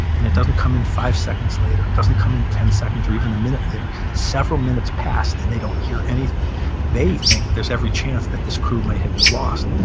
and it doesn't come in five seconds later. it doesn't come in ten seconds or even a minute later. several minutes pass, and they don't hear anything they think there's every chance that this crew might have been lost.